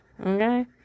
Okay